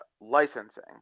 licensing